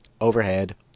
overhead